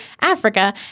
Africa